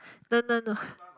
no no no